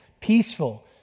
peaceful